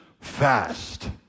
fast